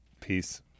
Peace